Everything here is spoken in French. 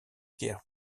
guère